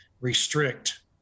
restrict